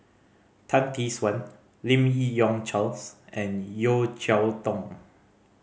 Tan Tee Suan Lim Yi Yong Charles and Yeo Cheow Tong